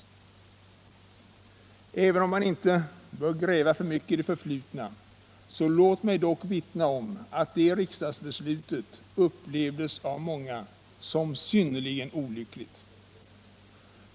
Stockholmsregio Även om man inte bör gräva för mycket i det förflutna, så låt mig — nen dock vittna om att det riksdagsbeslutet upplevdes av många som synnerligen olyckligt.